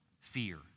fear